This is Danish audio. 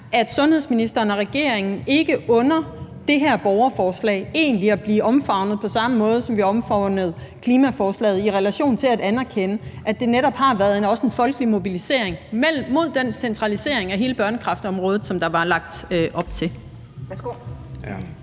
sundhedsministeren og regeringen ikke under det her borgerforslag at blive omfavnet på samme måde, som vi omfavnede klimaforslaget, i relation til at anerkende, at det netop også har været en folkelig mobilisering imod den centralisering af hele børnekræftområdet, som der var lagt op til.